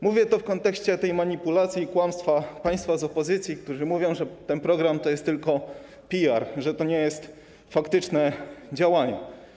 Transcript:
Mówię to w kontekście tej manipulacji i kłamstwa państwa z opozycji, którzy twierdzą, że ten program to tylko PR, że to nie jest faktyczne działanie.